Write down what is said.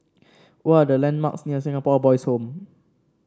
what are the landmarks near Singapore Boys' Home